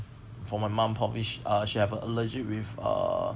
for my mum probably she uh she have allergic with uh